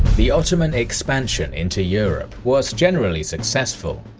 the ottoman expansion into europe was generally successful,